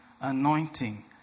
anointing